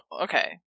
okay